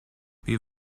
wie